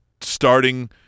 Starting